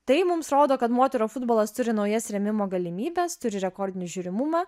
tai mums rodo kad moterų futbolas turi naujas rėmimo galimybes turi rekordinį žiūrimumą